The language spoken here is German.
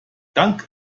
dank